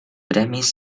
premis